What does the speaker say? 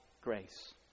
grace